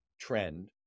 trend